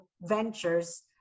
ventures